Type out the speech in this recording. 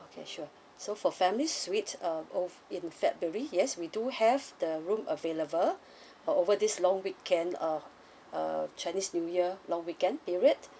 okay sure so for family suite uh over in february yes we do have the room available uh over this long weekend uh uh chinese new year long weekend period